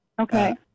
Okay